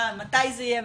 מתי זה יהיה,